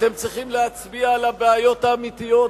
אתם צריכים להצביע על הבעיות האמיתיות,